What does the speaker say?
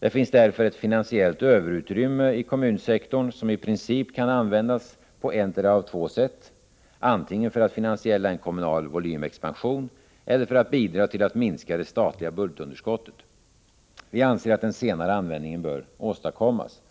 Det finns därför ett finansiellt ”överutrymme” i kommunsektorn som i princip kan användas på ettdera av två sätt: antingen för att finansiera en kommunal volymexpansion eller för att bidra till att minska det statliga budgetunderskottet. Vi anser att den senare användningen bör åstadkommas.